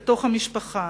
בתוך המשפחה,